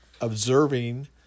observing